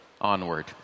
onward